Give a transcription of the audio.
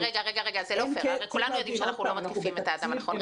הרי כולנו יודעים שאנחנו לא מתקיפים את האדם הנכון.